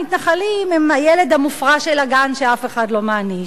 המתנחלים הם הילד המופרע של הגן שאף אחד לא מעניש.